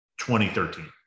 2013